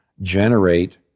generate